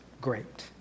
great